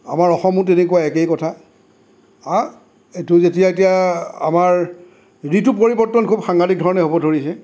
আমাৰ অসমো তেনেকুৱা একেই কথা হাঁ এইটো যেতিয়া এতিয়া আমাৰ ঋতু পৰিৱৰ্তন খুব সাংঘাতিক ধৰণে হ'ব ধৰিছে